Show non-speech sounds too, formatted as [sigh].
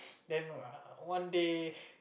[noise] then err one day